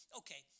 okay